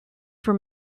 from